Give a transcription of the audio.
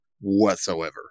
whatsoever